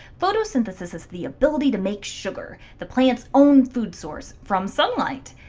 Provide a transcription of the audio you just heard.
photosynthesis is the ability to make sugar the plant's own food source from sunlight.